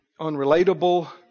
unrelatable